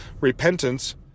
repentance